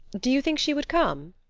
do you think she would come?